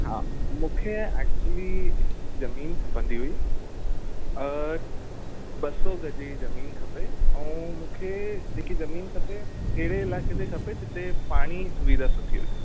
हा मूंखे एक्चुअली जमीन खपंदी हुई अ ॿ सौ गज़ जी जमीन खपे ऐं मूंखे जेकी जमीन खपे अहिड़े इलाइक़े ते खपे जिते पाणी जी सुविधा सुठी हुजे